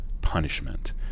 punishment